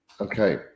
Okay